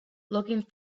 looking